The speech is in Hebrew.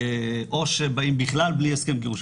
או שבאים בכלל בלי הסכם גירושין,